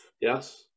yes